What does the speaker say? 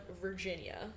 Virginia